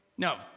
No